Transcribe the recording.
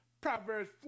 Proverbs